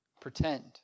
pretend